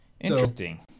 Interesting